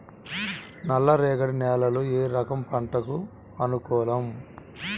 నల్ల రేగడి నేలలు ఏ పంటకు అనుకూలం?